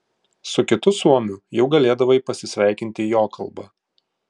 su kitu suomiu jau galėdavai pasisveikinti jo kalba